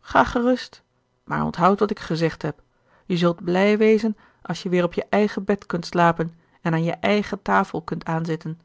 ga gerust maar onthoud wat ik gezegd heb je zult blij wezen als je weer op je eigen bed kunt slapen en aan je eigen tafel kunt aanzitten